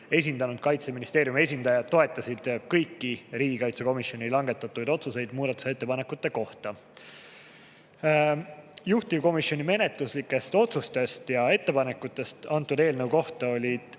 esindanud Kaitseministeeriumi esindajad toetasid kõiki riigikaitsekomisjoni langetatud otsuseid muudatusettepanekute kohta. Juhtivkomisjoni menetluslikud otsused ja ettepanekud eelnõu kohta olid